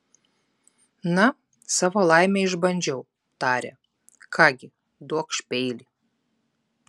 na savo laimę išbandžiau tarė ką gi duokš peilį